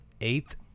eighth